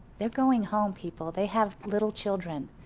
they're going home people. they have little children,